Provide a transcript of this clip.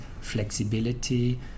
flexibility